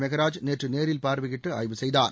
மெகராஜ் நேற்று நேரில் பார்வையிட்டு ஆய்வு செய்தார்